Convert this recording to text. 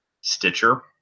Stitcher